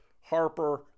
Harper